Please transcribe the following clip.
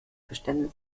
geständnis